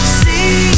see